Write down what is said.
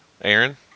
Aaron